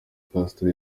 castro